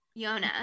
yona